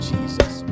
Jesus